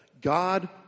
God